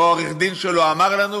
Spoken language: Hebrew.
או שהעורך-דין שלו אמר לנו,